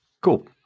Cool